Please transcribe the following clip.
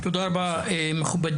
תודה רבה מכובדי.